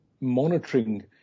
monitoring